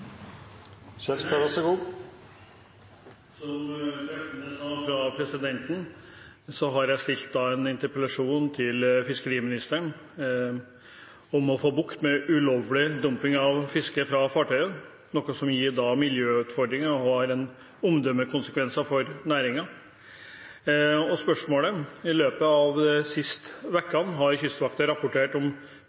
Som presidenten så treffende sa, har jeg stilt en interpellasjon til fiskeriministeren om å få bukt med ulovlig dumping av fisk fra fartøyer, noe som gir miljøutfordringer og har omdømmekonsekvenser for næringen. I løpet av de siste ukene har Kystvakten rapportert om